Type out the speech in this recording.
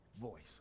voice